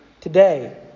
today